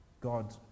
God